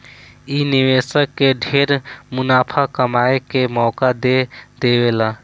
इ निवेशक के ढेरे मुनाफा कमाए के मौका दे देवेला